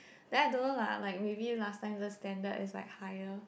then I dont' know lah like maybe last time the standard is like higher